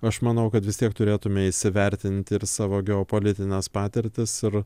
aš manau kad vis tiek turėtume įsivertinti ir savo geopolitines patirtis ir